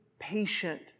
Patient